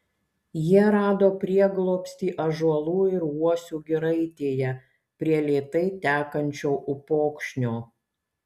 jie rado prieglobstį ąžuolų ir uosių giraitėje prie lėtai tekančio upokšnio